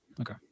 Okay